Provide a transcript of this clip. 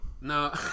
No